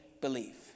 believe